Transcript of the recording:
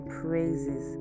praises